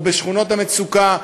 או בשכונות המצוקה,